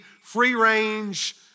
free-range